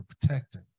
protecting